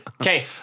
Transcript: Okay